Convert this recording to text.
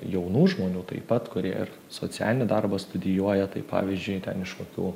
jaunų žmonių taip pat kurie ir socialinį darbą studijuoja tai pavyzdžiui ten iš kokių